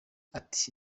ati